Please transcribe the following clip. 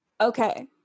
Okay